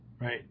right